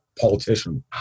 politician